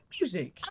music